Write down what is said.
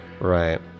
Right